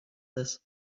this